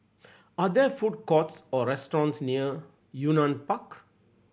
are there food courts or restaurants near Yunnan Park